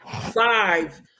five